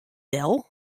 del